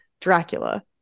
Dracula